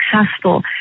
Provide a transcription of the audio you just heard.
successful